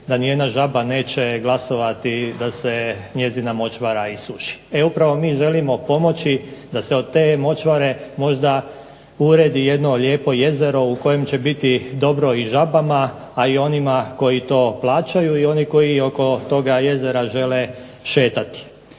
da ni jedna žaba neće glasovati da se njezina močvara isuši. E upravo mi želimo pomoći da se od te močvare možda uredi jedno lijepo jezero u kojem će biti dobro žabama, a i onima koji to plaćaju i oni koji oko toga jezera žele šetati.